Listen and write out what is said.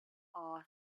all